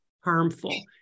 harmful